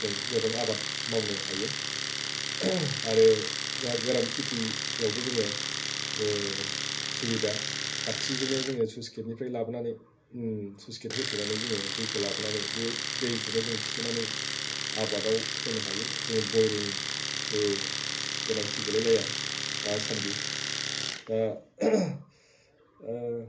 जों गोबां आबाद मावनो हायो आरो जा गोरान खेथियावबो जोङो सुबिदा खाथिजोंनो जोङो स्लुइस गेटनिफ्राय लाबोनानै स्लुइसगेट होथेनानै जोङो दैखौ लाबोनानै बे दैखौनो जों थिखोनानै आबादाव होनो हायो जोंनो बयरिंबो गोनांथि गैलायलाया दासान्दि दा